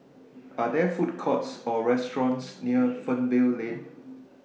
Are There Food Courts Or restaurants near Fernvale Lane